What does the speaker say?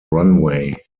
runway